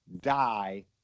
die